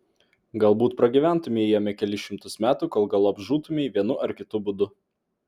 galbūt pragyventumei jame kelis šimtus metų kol galop žūtumei vienu ar kitu būdu